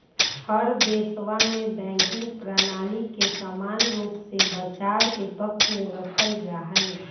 हर देशवा में बैंकिंग प्रणाली के समान रूप से बचाव के पक्ष में रखल जाहई